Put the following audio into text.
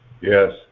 Yes